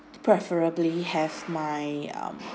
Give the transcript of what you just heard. preferably have my um